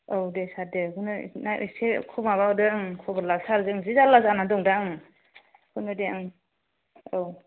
औ दे सार दे बिखौनो ना एसे माबा हरदो खबर लाथार जों जि जारला जानानै दं दा ओं बेखौनो दे ओं औ